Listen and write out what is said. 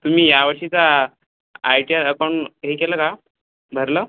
तुम्ही या वर्षीचा आय टी आर अकाऊंट हे केलं का भरलं